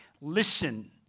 listen